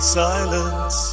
silence